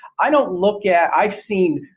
i don't look at. i've seen